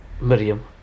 Miriam